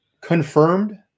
Confirmed